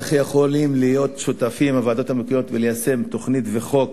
איך יכולות הוועדות המקומיות להיות שותפות וליישם תוכנית וחוק